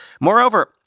Moreover